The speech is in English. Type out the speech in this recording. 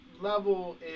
level